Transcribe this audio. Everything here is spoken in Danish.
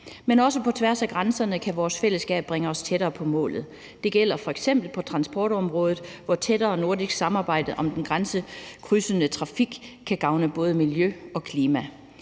Men også på tværs af grænserne kan vores fællesskab bringe os tættere på målet. Det gælder f.eks. på transportområdet, hvor tættere nordisk samarbejde om den grænsekrydsende trafik kan gavne både miljø og klima.